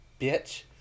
Bitch